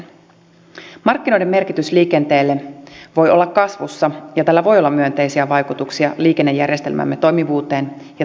markkinoiden merkitys liikenteelle voi olla kasvussa ja tällä voi olla myönteisiä vaikutuksia liikennejärjestelmämme toimivuuteen ja taloudellisuuteen